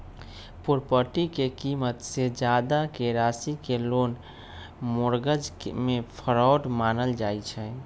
property के कीमत से जादा के राशि के लोन मोर्गज में फरौड मानल जाई छई